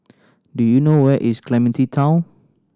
do you know where is Clementi Town